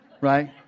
Right